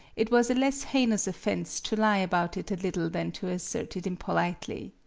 it was a less heinous offense to lie about it a little than to assert it impolitely.